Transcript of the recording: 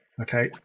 Okay